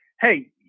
hey